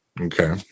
Okay